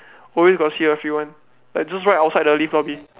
always got see a few one like just right outside the lift lobby